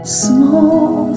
small